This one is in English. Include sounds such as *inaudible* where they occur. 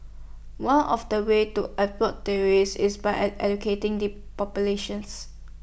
one of the ways to *unintelligible* terrorist is by *unintelligible* educating the populations